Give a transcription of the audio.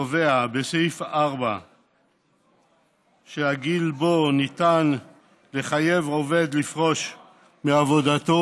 קובע בסעיף 4 שהגיל שבו ניתן לחייב עובד לפרוש מעבודתו,